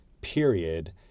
period